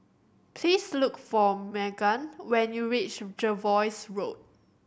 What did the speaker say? please look for Magan when you reach Jervois Road